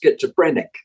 schizophrenic